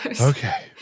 Okay